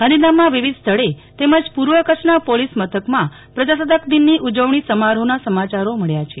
ગાંધીધામમાં વિવિધ સ્થળે તેમજ પૂર્વ કરછના પોલીસમથક માં પ્રજાસતાક દિનની ઉજવણી સમારોફના સમાચારો મળ્યા છે